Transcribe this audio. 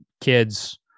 kids